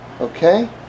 Okay